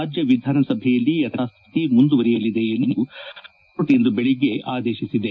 ರಾಜ್ಯ ವಿಧಾನಸಭೆಯಲ್ಲಿ ಯಥಾಸ್ಥಿತಿ ಮುಂದುವರಿಯಲಿದೆ ಎಂದು ಹೈಕೋರ್ಟ್ ಇಂದು ಬೆಳಗ್ಗೆ ಆದೇಶಿಸಿದೆ